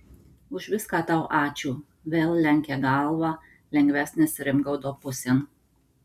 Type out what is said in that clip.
už viską tau ačiū vėl lenkė galvą lengvenis rimgaudo pusėn